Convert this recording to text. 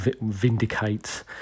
vindicate